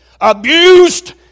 Abused